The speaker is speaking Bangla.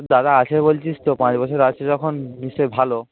দাদা আছে বলছিস তো পাঁচ বছর আছে যখন নিশ্চয় ভালো